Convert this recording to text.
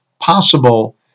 possible